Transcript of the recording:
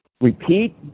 Repeat